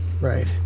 Right